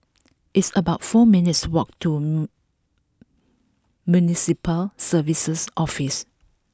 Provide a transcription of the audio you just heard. it's about four minutes' walk to Municipal Services Office